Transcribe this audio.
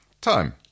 Time